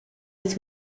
its